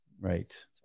Right